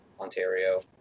Ontario